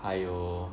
还有